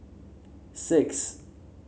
six